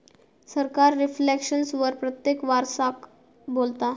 सरकार रिफ्लेक्शन वर प्रत्येक वरसाक बोलता